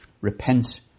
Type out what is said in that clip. repent